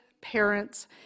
parents